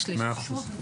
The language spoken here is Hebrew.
מאה אחוז.